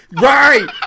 Right